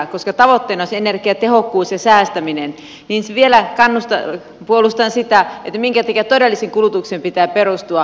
koska tavoitteena olisi energiatehokkuus ja säästäminen niin vielä puolustan sitä minkä takia todelliseen kulutukseen pitää perustua